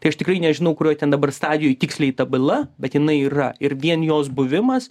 tai aš tikrai nežinau kurioj ten dabar stadijoj tiksliai ta byla bet jinai yra ir vien jos buvimas